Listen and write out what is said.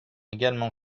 également